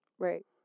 Right